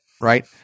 right